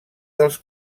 dels